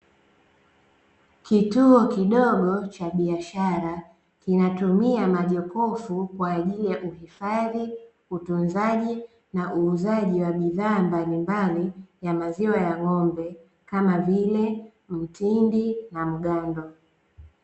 Kituo kidogo cha biashara kinatumia majokofu kwa ajili ya uhifadhi, utunzaji na uuzaji wa bidhaa mbalimbali ya maziwa ya ng'ombe, kama vile; mtindi na mgando.